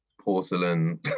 porcelain